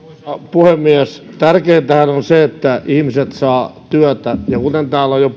puhemies tärkeintähän on se että ihmiset saavat työtä ja kuten täällä on jo